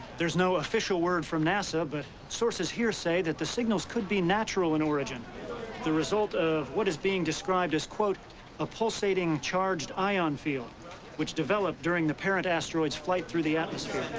there's no official word from nasa but sources here say the signals could be natural in origin the result of what is being described as a pulsating charged ion field which developed during the parent asteroid's flight through the atmosphere.